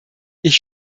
ich